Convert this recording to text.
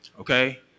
okay